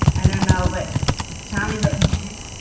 i don't know but tommy's like you